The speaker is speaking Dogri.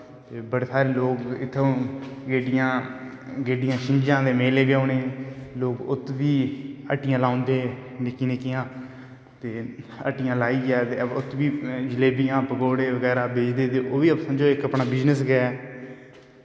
बड़े सारे लोग इत्थें गेड्डियां शिंजां ते मेले बी औन लोग उत्त बी हट्टियां लाई ओड़दे निक्कियां निक्कियां हट्टियां लाईयै ते उत्त बी जलेबियां पकौड़े बगैरा बेचदे ते ओह् बी समझो अपनां बिजनस गै